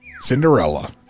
Cinderella